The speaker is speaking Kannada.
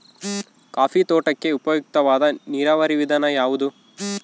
ಕಾಫಿ ತೋಟಕ್ಕೆ ಉಪಯುಕ್ತವಾದ ನೇರಾವರಿ ವಿಧಾನ ಯಾವುದು?